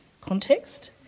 context